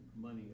money